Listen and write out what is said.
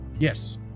Yes